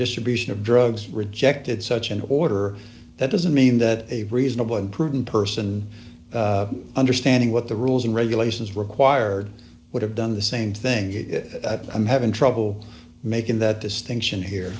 distribution of drugs rejected such an order that doesn't mean that a reasonable and prudent person understanding what the rules and regulations required would have done the same thing i'm having trouble making the distinction here